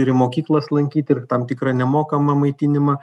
ir į mokyklas lankyti ir tam tikrą nemokamą maitinimą